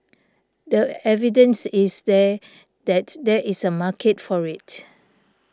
the evidence is there that there is a market for it